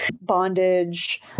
bondage